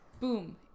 boom